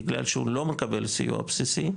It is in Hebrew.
בגלל שהוא לא מקבל סיוע בסיסי,